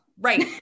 Right